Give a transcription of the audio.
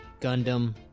Gundam